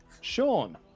Sean